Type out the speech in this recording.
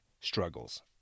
struggles